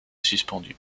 suspendues